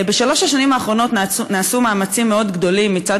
בשלוש השנים האחרונות נעשו מאמצים מאוד גדולים מצד